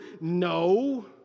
no